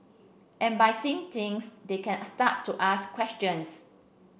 and by seeing things they can start to ask questions